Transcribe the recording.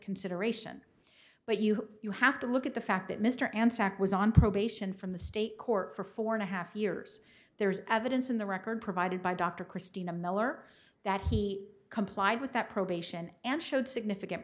consideration but you you have to look at the fact that mr and sack was on probation from the state court for four and a half years there is evidence in the record provided by dr christina miller that he complied with that probation and showed significant